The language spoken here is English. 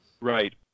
Right